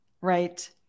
Right